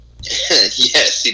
Yes